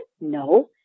no